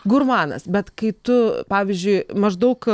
gurmanas bet kai tu pavyzdžiui maždaug